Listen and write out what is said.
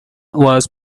was